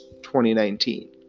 2019